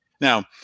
now